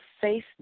face